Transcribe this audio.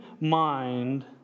mind